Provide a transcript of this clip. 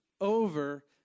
over